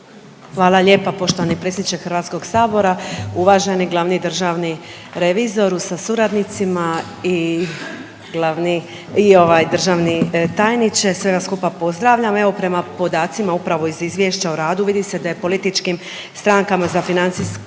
Hvala lijepa poštovani predsjedniče HS-a, uvaženi glavnom državnom revizoru sa suradnicima i glavni i ovaj, državni tajniče, sve vas skupa pozdravljam. Evo prema podacima upravo iz izvješća o radu vidi se da je političkim strankama za financijske